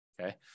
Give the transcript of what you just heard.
Okay